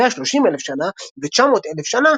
130,000 שנה ו-900,000 שנה,